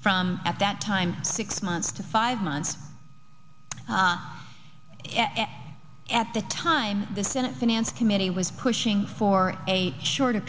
from at that time six months to five months at the time the senate finance committee was pushing for a shorter